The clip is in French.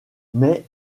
mais